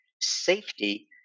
safety